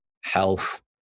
health